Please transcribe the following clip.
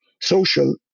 social